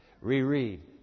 reread